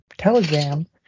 telegram